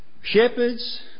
Shepherds